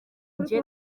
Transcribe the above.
njye